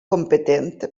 competent